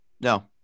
No